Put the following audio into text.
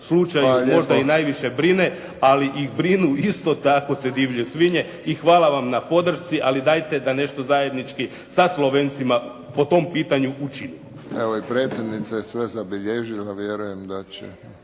slučaju možda i najviše brine, ali ih brinu isto tako te divlje svinje i hvala vam na podršci, ali dajte da nešto zajednički sa Slovencima po tom pitanju učinimo. **Friščić, Josip (HSS)** Evo i predsjednica je sve zabilježila. Vjerujem da će